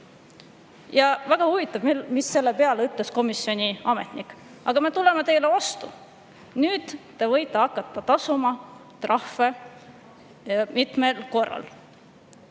Ja väga huvitav, mida selle peale ütles komisjoni ametnik: aga me tuleme teile vastu, te võite hakata tasuma trahve mitmes jaos.